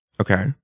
Okay